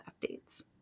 updates